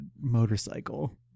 motorcycle